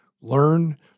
learn